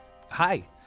Hi